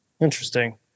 Interesting